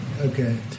Okay